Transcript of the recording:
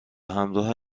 همراه